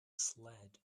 sled